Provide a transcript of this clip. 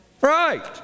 Right